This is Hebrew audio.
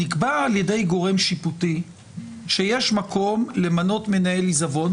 במקרים האלה נקבע על ידי גורם שיפוטי שיש מקום למנות מנהל עיזבון,